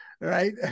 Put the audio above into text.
Right